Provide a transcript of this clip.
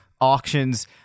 auctions